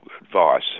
advice